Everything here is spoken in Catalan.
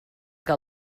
que